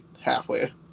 halfway